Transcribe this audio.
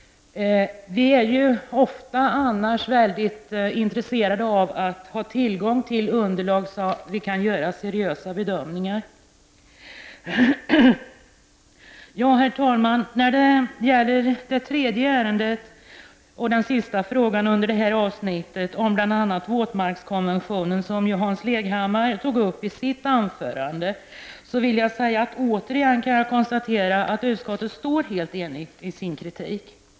Vi är ju annars väldigt ofta intresserade av att ha tillgång till underlag så att vi kan göra seriösa bedömningar. Herr talman! När det gäller det tredje ärendet och den sista frågan under det här avsnittet om bl.a. våtmarkskonventionen, som ju Hans Leghammar tog upp i sitt anförande, vill jag säga att jag återigen kan konstatera att utskottet står helt enigt i sin kritik.